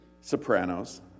Sopranos